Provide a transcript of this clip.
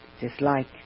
dislike